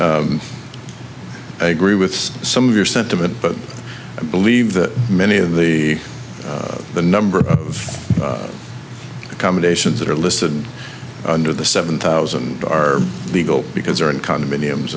i agree with some of your sentiment but believe that many of the the number of accommodations that are listed under the seven thousand are legal because they're in condominiums